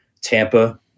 Tampa